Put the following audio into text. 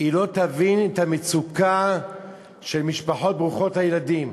היא לא תבין את המצוקה של משפחות ברוכות הילדים.